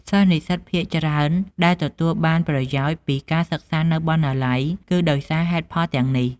សិស្សនិស្សិតភាគច្រើនដែលទទួលបានប្រយោជន៍ពីការសិក្សានៅបណ្ណាល័យ គឺដោយសារហេតុផលទាំងនេះ។